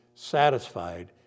satisfied